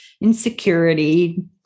insecurity